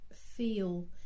feel